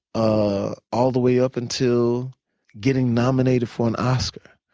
ah all the way up until getting nominated for an oscar,